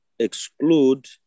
exclude